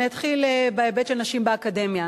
אני אתחיל בהיבט של נשים באקדמיה,